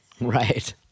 Right